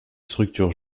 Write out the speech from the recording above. structure